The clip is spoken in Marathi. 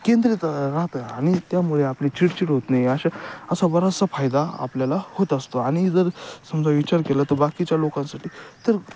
केंद्रित राहतं आणि त्यामुळे आपली चिडचिड होत नाही अशा असा बराचसा फायदा आपल्याला होत असतो आणि जर समजा विचार केला तर बाकीच्या लोकांसाठी तर